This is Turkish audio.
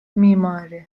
mimari